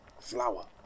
flour